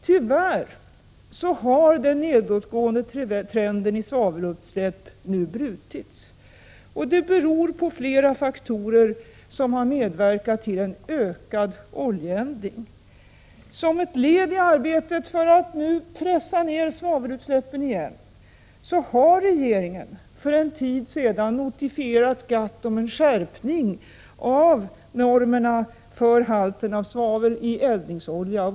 Tyvärr har den nedåtgående trenden när det gäller svavelutsläpp nu brutits. Det är flera faktorer som har medverkat till en ökad oljeeldning. Som ett led i arbetet för att pressa ned svavelutsläppen igen har regeringen för en tid sedan hos GATT begärt en notifiering om en skärpning av normerna för halten av svavel i eldningsolja.